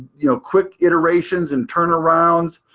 you know, quick iterations and turnarounds.